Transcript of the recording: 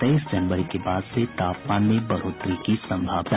तेईस जनवरी के बाद से तापमान में बढ़ोतरी की संभावना